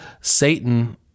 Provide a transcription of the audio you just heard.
Satan